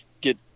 get